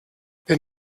wenn